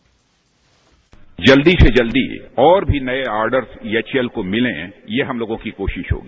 bite जल्दी से जल्दी और भी नये ऑर्डर्स एचएएल को मिलें ये हम लोगों की कोशिश होगी